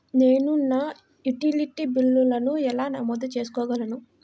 నేను నా యుటిలిటీ బిల్లులను ఎలా నమోదు చేసుకోగలను?